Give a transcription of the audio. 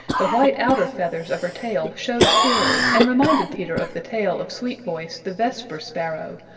the white outer feathers of her tail showed clearly and reminded peter of the tail of sweetvoice the vesper sparrow,